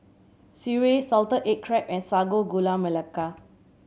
sireh salted egg crab and Sago Gula Melaka